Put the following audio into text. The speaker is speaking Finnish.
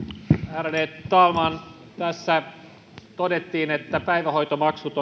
ärade talman tässä todettiin että päivähoitomaksut